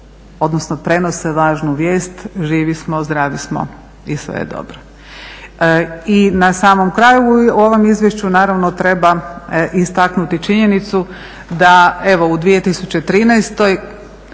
odnosno prenose važnu vijest, živi smo, zdravi smo i sve je dobro. I na samom kraju u ovom izvješću naravno treba istaknuti činjenicu da evo u 2013.